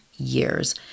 Years